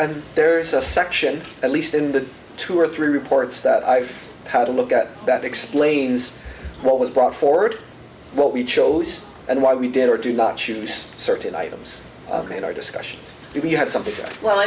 and there's a section at least in the two or three reports that i've had a look at that explains what was brought forward what we chose and why we did or do not use certain items made our discussions you have something well